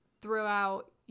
throughout